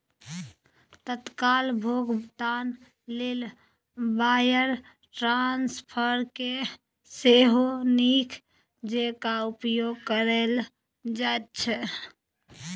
तत्काल भोगतान लेल वायर ट्रांस्फरकेँ सेहो नीक जेंका उपयोग कैल जाइत छै